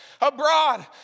abroad